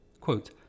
Quote